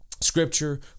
Scripture